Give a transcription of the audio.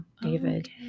David